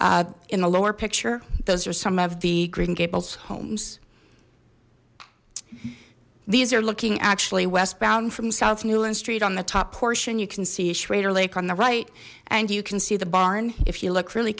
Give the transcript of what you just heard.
east in the lower picture those are some of the green gables homes these are looking actually westbound from south newland street on the top portion you can see a schrader lake on the right and you can see the barn if you look really